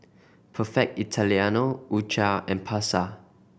Perfect Italiano U Cha and Pasar